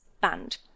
banned